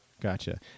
Gotcha